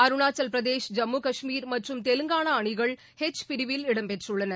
அருணாச்சல் பிரதேஷ் ஜம்மு காஷ்மீர் மற்றும் தெலங்கானா அணிகள் ஹெச் பிரிவில் இடம் பெற்றுள்ளன